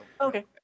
Okay